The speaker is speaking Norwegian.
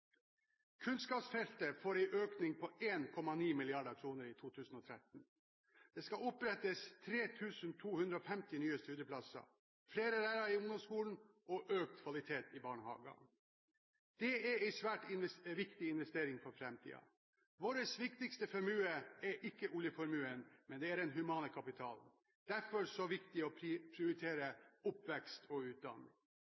Kunnskapsfeltet får en økning på 1,9 mrd. kr i 2013, og det skal opprettes 3 250 nye studieplasser. Det skal ansettes flere lærere i ungdomsskolen, og det skal bli økt kvalitet i barnehagene. Det er en svært viktig investering for framtiden. Vår viktigste formue er ikke oljeformuen, det er den humane kapitalen. Derfor er det så viktig å